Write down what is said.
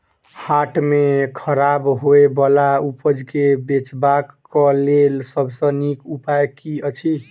हाट मे खराब होय बला उपज केँ बेचबाक क लेल सबसँ नीक उपाय की अछि?